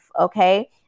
Okay